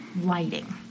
lighting